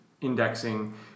indexing